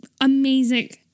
amazing